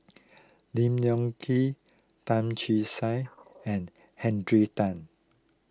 Lim Leong Kee Tan Che Sang and Henry Tan